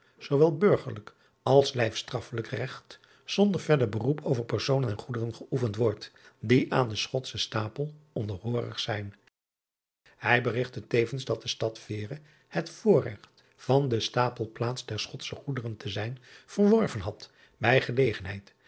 zoowel burgerlijk als lijfstraffelijk regt zonder verder beroep over personen en goederen geoefend wordt die aan den chotschen tapel onderhoorig zijn ij berigtte tevens dat de stad driaan oosjes zn et leven van illegonda uisman eere het voorregt van de stapelplaats der chotsche goederen te zijn verworven had bij gelegenheid